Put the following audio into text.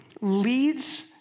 leads